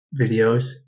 videos